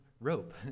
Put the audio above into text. rope